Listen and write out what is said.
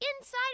inside